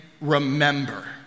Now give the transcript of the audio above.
remember